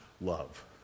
love